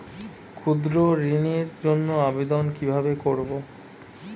ক্ষুদ্র ঋণের জন্য আবেদন কিভাবে করব?